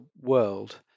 world